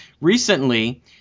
recently –